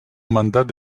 mandat